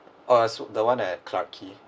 uh was the one at clarke quay